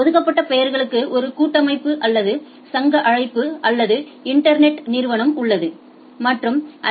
ஒதுக்கப்பட்ட பெயர்களுக்கு ஒரு கூட்டமைப்பு அல்லது சங்க அழைப்பு அல்லது இன்டர்நெட் நிறுவனம் உள்ளது மற்றும் ஐ